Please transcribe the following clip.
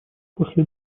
после